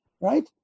Right